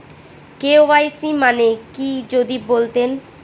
KYC মানে কি যদি বলতেন?